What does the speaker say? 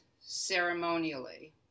ceremonially